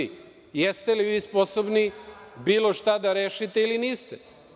Jeste li vi sposobni bilo šta da rešite ili niste?